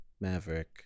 Maverick